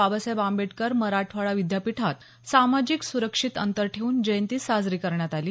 बाबासाहेब आंबेडकर मराठवाडा विद्यापिठात सामाजिक सुरक्षित अंतर ठेऊन जयंती साजरी करण्यात आली